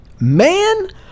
Man